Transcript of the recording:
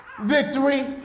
victory